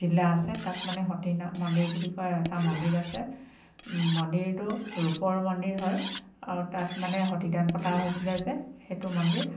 জিলা আছে তাত মানে সতীনা মন্দিৰ বুলি কয় এটা মন্দিৰ আছে মন্দিৰটো ৰূপৰ মন্দিৰ হয় আৰু তাত মানে সতীদাহ প্ৰথা হৈছিলে যে সেইটো মন্দিৰ